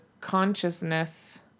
consciousness